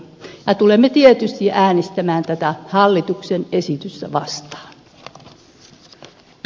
ja tulemme tietysti äänestämään tätä hallituksen esitystä vastaan